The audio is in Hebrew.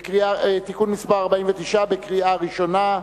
התש"ע 2010, עברה בקריאה ראשונה,